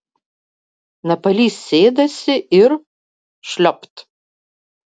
napalys sėdasi ir šliopt